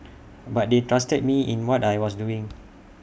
but they trusted me in what I was doing